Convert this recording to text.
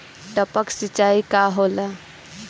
टपक सिंचाई का होला?